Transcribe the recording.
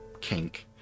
kink